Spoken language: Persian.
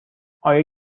آیا